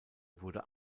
wurde